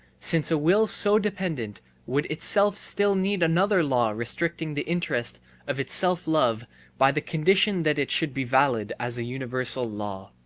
since a will so dependent would itself still need another law restricting the interest of its self-love by the condition that it should be valid as universal law.